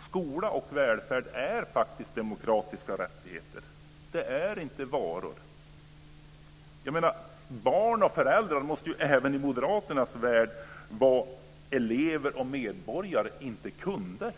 Skola och välfärd är faktiskt demokratiska rättigheter. De är inte varor. Barn och föräldrar måste även i Moderaternas värld vara elever och medborgare och inte kunder.